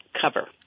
cover